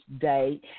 day